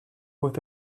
with